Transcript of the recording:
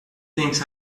things